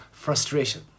frustration